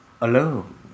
alone